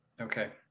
Okay